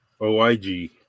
OIG